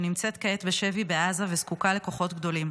שנמצאת כעת בשבי בעזה וזקוקה לכוחות גדולים.